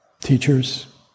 teachers